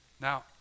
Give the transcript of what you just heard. Now